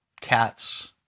cats